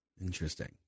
Interesting